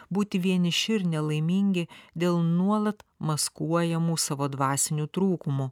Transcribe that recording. būti vieniši ir nelaimingi dėl nuolat maskuojamų savo dvasinių trūkumų